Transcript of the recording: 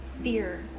fear